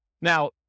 now